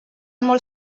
molt